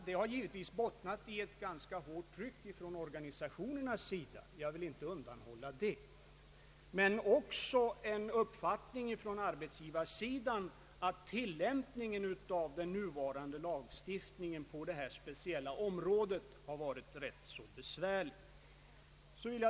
Detta har givetvis bottnat i ett ganska hårt tryck från organisationernas sida — jag vill inte undanhålla det — men också i den uppfattningen från arbetsgivarsidan att tilllämpningen av den nuvarande lagstiftningen på detta speciella område har varit rätt så besvärlig.